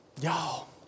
y'all